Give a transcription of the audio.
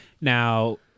Now